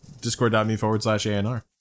discord.me/forward/slash/anr